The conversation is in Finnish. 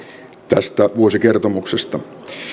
tästä vuosikertomuksesta